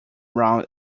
round